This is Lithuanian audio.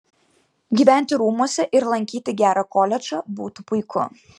gyventi rūmuose ir lankyti gerą koledžą būtų puiku